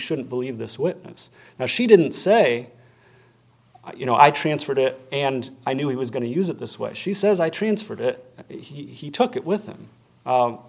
shouldn't believe this witness now she didn't say you know i transferred it and i knew he was going to use it this way she says i transferred it he took it with him